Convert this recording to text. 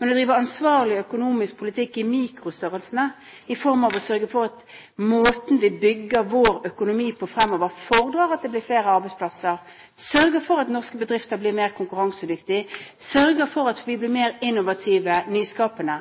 men å drive ansvarlig økonomisk politikk i mikrostørrelse, i form av å sørge for at måten vi bygger vår økonomi på fremover, fordrer at det blir flere arbeidsplasser, sørger for at norske bedrifter blir mer konkurransedyktige, sørger for at vi blir mer innovative og nyskapende.